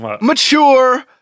mature